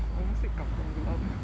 I almost said kampong glam